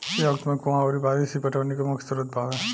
ए वक्त में कुंवा अउरी बारिस ही पटौनी के मुख्य स्रोत बावे